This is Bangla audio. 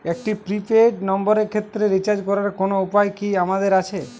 একটি প্রি পেইড নম্বরের ক্ষেত্রে রিচার্জ করার কোনো উপায় কি আমাদের আছে?